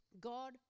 God